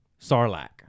Sarlacc